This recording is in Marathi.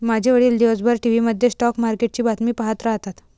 माझे वडील दिवसभर टीव्ही मध्ये स्टॉक मार्केटची बातमी पाहत राहतात